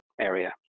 area